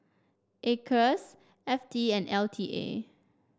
Acres F T and L T A